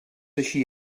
així